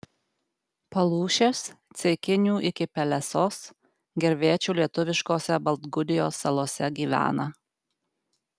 palūšės ceikinių iki pelesos gervėčių lietuviškose baltgudijos salose gyvena